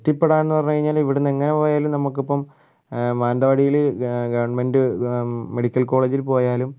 എത്തിപ്പെടാനെന്ന് പറഞ്ഞുകഴിഞ്ഞാൽ ഇവിടുന്ന് എങ്ങനെ പോയാലും നമുക്കിപ്പം മാനന്തവാടിയിൽ ഗവൺമെൻ്റ് മെഡിക്കൽ കോളേജിൽ പോയാലും